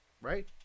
Right